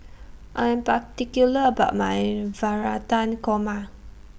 I Am particular about My Navratan Korma